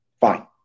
Fine